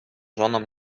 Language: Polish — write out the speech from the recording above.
żoną